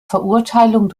verurteilung